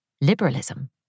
Liberalism